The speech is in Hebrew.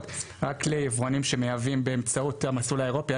רק ליבואנים שמייבאים באמצעות המסלול האירופי,